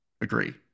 agree